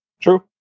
True